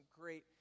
great